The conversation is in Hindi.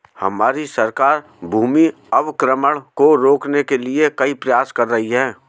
हमारी सरकार भूमि अवक्रमण को रोकने के लिए कई प्रयास कर रही है